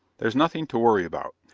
there's nothing to worry about.